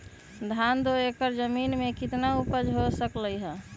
धान दो एकर जमीन में कितना उपज हो सकलेय ह?